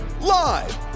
live